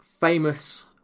famous